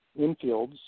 infields